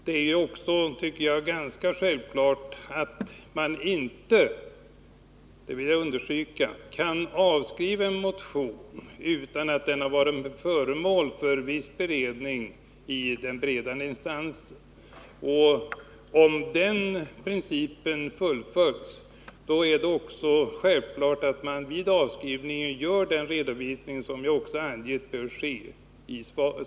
Det är också, tycker jag, ganska självklart att man inte — det vill jag understryka — kan avskriva en motion utan att den varit föremål för viss beredning i den beredande instansen. Och om den principen följs är det också självklart att vid avskrivningen göra den redovisning som jag i svaret angett bör ske.